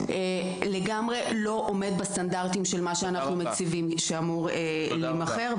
לגמרי לא עומד בסטנדרטים של מה שאנחנו מציבים שאמור להימכר,